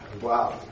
Wow